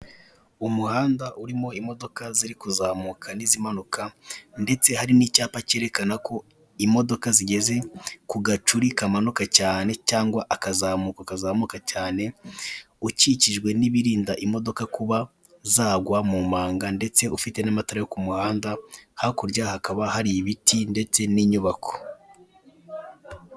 Umuhanda urimo imodoka ziri kuzamuka n'izimanuka hari n'icyapa kerekana ko imodoka zigeze ku gacuri kamanuka cyane cyangwa akazamuko kazamuka cyane ukikijwe n'ibirinda imodoka kuba zagwa mu mpanga ndetse ufite n'amatara yo ku muhanda hakurya hakaba hari ibiti ndetse n'inyubako.